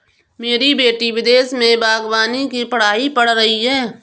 मेरी बेटी विदेश में बागवानी की पढ़ाई पढ़ रही है